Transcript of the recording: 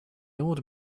old